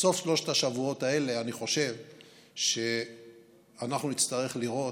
בסוף שלושת השבועות האלה אני חושב שאנחנו נצטרך לראות